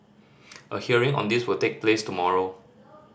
a hearing on this will take place tomorrow